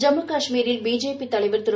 ஜம்மு காஷ்மீரில் பிஜேபி தலைவர் திரு